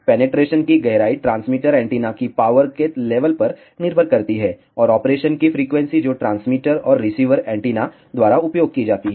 penetration की गहराई transmitter antenna की पावर के लेवल पर निर्भर करती है और ऑपरेशन की फ्रीक्वेंसी जो ट्रांसमीटर और रिसीवर एंटीना द्वारा उपयोग की जाती है